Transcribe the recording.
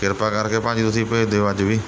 ਕਿਰਪਾ ਕਰਕੇ ਭਾਅ ਜੀ ਤੁਸੀਂ ਭੇਜ ਦਿਓ ਅੱਜ ਵੀ